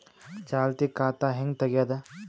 ಚಾಲತಿ ಖಾತಾ ಹೆಂಗ್ ತಗೆಯದು?